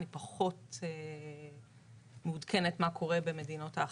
אני פחות מעודכנת מה קורה במדינות האחרות.